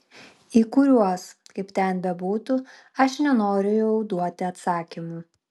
į kuriuos kaip ten bebūtų aš nenoriu jau duoti atsakymų